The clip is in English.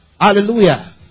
Hallelujah